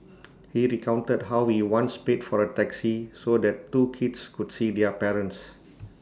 he recounted how we once paid for A taxi so that two kids could see their parents